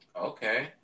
Okay